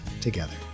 together